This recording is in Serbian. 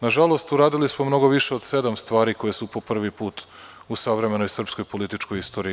Nažalost, uradili smo mnogo više od sedam stvari koje su po prvi put u savremenoj srpskoj političkoj istoriji.